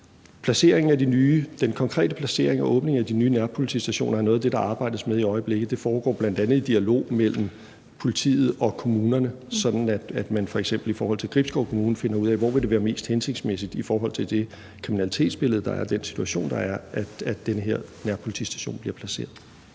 Den konkrete placering og åbningen af de nye nærpolitistationer er noget af det, der arbejdes med i øjeblikket. Det foregår bl.a. i dialog mellem politiet og kommunerne, sådan at man f.eks. i forhold til Gribskov Kommune finder ud af, hvor det vil være mest hensigtsmæssigt i forhold til det kriminalitetsbillede, der er, og den situation, der er, at den her nærpolitistation bliver placeret.